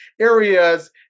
areas